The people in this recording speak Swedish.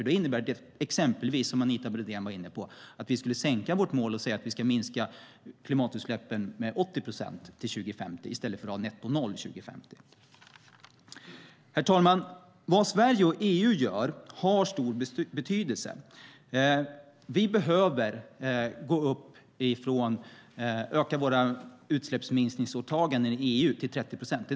Det innebär exempelvis vad Anita Brodén var inne på, nämligen att sänka vårt mål och minska klimatutsläppen med 80 procent till 2050 i stället för målet noll utsläpp netto till 2050. Herr talman! Vad Sverige och EU gör har stor betydelse. Vi behöver öka våra åtaganden i fråga om utsläppsminskningar i EU till 30 procent.